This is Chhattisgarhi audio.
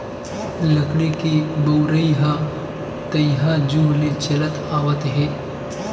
लकड़ी के बउरइ ह तइहा जुग ले चलत आवत हे